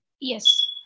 yes